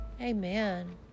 Amen